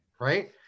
Right